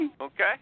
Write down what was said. okay